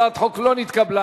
הצעת החוק לא נתקבלה.